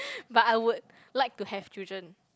but I would like to have children